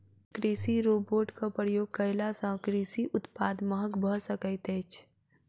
कृषि रोबोटक प्रयोग कयला सॅ कृषि उत्पाद महग भ सकैत अछि